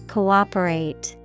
Cooperate